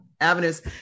avenues